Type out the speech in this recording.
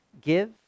give